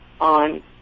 on